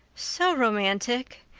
so romantic!